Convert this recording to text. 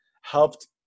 helped